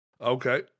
Okay